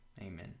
Amen